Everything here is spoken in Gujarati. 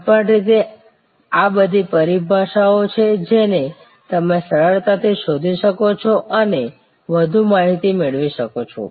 કોઈપણ રીતે આ બધી પરિભાષાઓ છે જેને તમે સરળતાથી શોધી શકો છો અને વધુ માહિતી મેળવી શકો છો